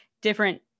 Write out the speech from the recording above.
different